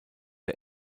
der